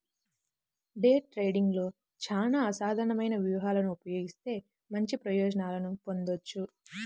day ట్రేడింగ్లో చానా అసాధారణమైన వ్యూహాలను ఉపయోగిత్తే మంచి ప్రయోజనాలను పొందొచ్చు